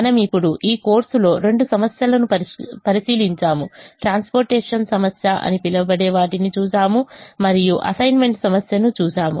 మనం ఇప్పుడు ఈ కోర్సులో రెండు సమస్యలను పరిశీలించాము ట్రాన్స్పోర్టేషన్ సమస్య అని పిలవబడే వాటిని చూసాము మరియు అసైన్మెంట్ సమస్యను చూసాము